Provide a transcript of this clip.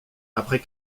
après